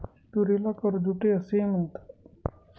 तुरीला कूर्जेट असेही म्हणतात